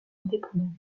indépendants